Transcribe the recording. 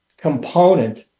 component